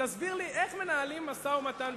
תסביר לי איך מנהלים משא-ומתן.